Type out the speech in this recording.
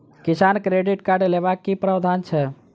किसान credit card लेबाक की प्रावधान छै?